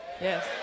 Yes